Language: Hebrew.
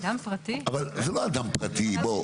אבל זה לא אדם פרטי, בוא.